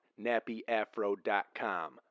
NappyAfro.com